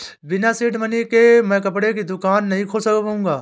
बिना seed money के मैं कपड़े की दुकान नही खोल पाऊंगा